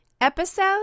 Episode